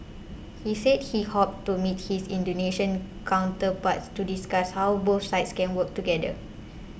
he said he hoped to meet his Indonesian counterpart to discuss how both sides can work together